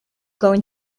going